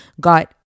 got